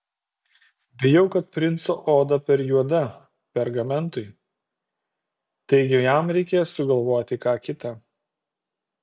bijau kad princo oda per juoda pergamentui taigi jam reikės sugalvoti ką kita